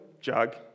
jug